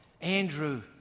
Andrew